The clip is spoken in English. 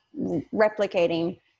replicating